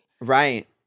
Right